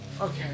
Okay